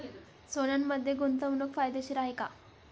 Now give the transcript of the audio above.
सोन्यामध्ये गुंतवणूक फायदेशीर आहे का?